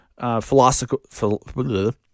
philosophical